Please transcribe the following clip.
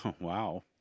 Wow